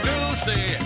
Lucy